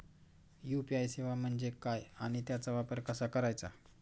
UPI सेवा म्हणजे काय आणि त्याचा वापर कसा करायचा?